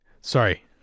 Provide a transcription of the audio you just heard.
Sorry